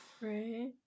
right